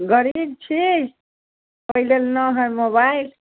गरीब छी ओहि लेल ना हइ मोबाइल